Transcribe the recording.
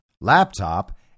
laptop